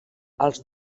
els